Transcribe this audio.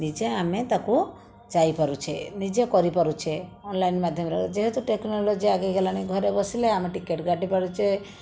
ନିଜେ ଆମେ ତାକୁ ଯାଇପାରୁଛେ ନିଜେ କରି ପାରୁଛେ ଅନଲାଇନ୍ ମାଧ୍ୟମରେ ଯେହେତୁ ଟେକ୍ନୋଲୋଜି ଆଗେଇ ଗଲାଣି ଘରେ ବସିଲେ ଆମେ ଟିକେଟ୍ କାଟି ପାରୁଛେ